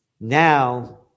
Now